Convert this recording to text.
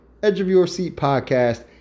edgeofyourseatpodcast